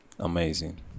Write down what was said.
Amazing